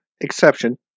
exception